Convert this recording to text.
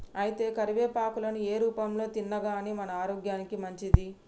అయితే కరివేపాకులను ఏ రూపంలో తిన్నాగానీ మన ఆరోగ్యానికి మంచిదే